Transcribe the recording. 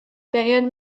période